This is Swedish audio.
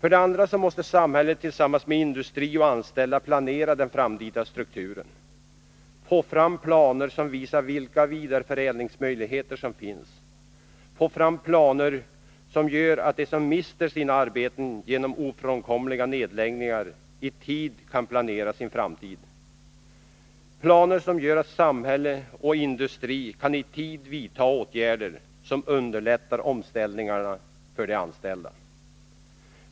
Vidare måste samhället tillsammans med industri och anställda planera den framtida strukturen, få fram planer som visar vilka vidareförädlingsmöjligheter som finns, få fram planer som gör att de som mister sina arbeten genom ofrånkomliga nedläggningar i tid kan planera sin framtid — en plan som gör att samhället och industrin kan i tid vidta åtgärder som underlättar omställningarna för de anställda.